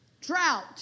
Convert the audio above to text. drought